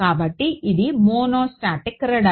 కాబట్టి ఇది monostatic radar